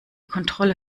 kontrolle